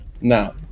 Now